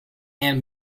and